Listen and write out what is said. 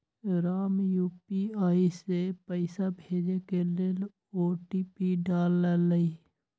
Ram UPI से पइसा भेजे के लेल ओ.टी.पी डाललई